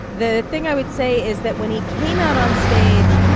the thing i would say is that when he came out on stage,